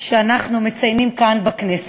שאנחנו מציינים כאן בכנסת,